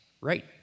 right